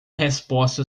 resposta